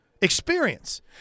experience